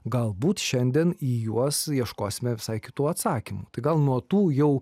galbūt šiandien į juos ieškosime visai kitų atsakymų tai gal nuo tų jau